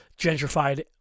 gentrified